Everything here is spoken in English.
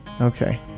Okay